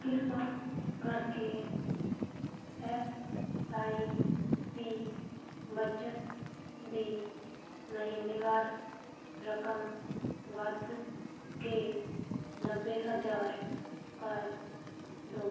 ਕ੍ਰਿਪਾ ਕਰਕੇ S I P ਬੱਚਤ ਦੀ ਮਹੀਨੇਵਾਰ ਰਕਮ ਵੱਧ ਕੇ ਨੱਬੇ ਹਜ਼ਾਰ ਕਰ ਦਿਓ